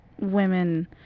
women